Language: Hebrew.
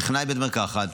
טכנאי בית מרקחת,